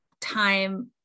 time